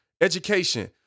education